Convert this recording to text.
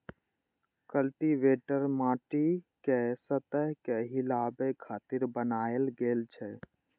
cultivator माटिक सतह कें हिलाबै खातिर बनाएल गेल छै